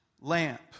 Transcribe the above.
lamp